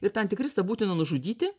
ir tą antikristą būtina nužudyti